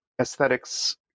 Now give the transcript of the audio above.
aesthetics